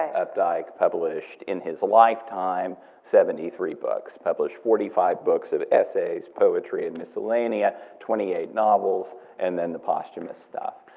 updike published in his lifetime seventy three books. published forty five books of essays, poetry and miscellania, twenty eight novels and then the posthumous stuff.